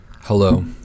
Hello